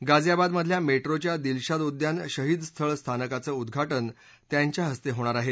गाजियाबादमधल्या metro च्या दिलशाद उद्यान शहीद स्थळ स्थानकार्च उद्घाटन त्यांच्या इस्ते होणार आहे